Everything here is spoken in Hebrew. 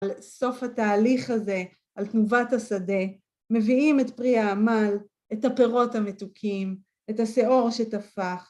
סוף התהליך הזה, על תנובת השדה, מביאים את פרי העמל, את הפירות המתוקים, את השאור שטפח.